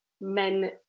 men